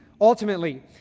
Ultimately